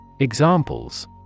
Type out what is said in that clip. Examples